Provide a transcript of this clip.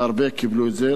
והרבה קיבלו את זה,